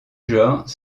genre